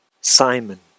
Simon